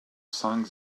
cinq